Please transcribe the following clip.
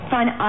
Fine